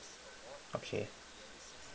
okay